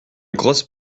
grosse